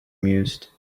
mused